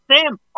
Sam